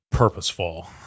purposeful